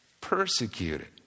Persecuted